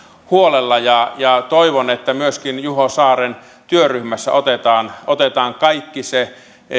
huolella ja ja toivon että myöskin juho saaren työryhmässä otetaan otetaan kaikki se